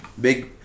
big